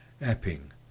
Epping